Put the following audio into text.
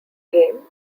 game